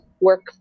work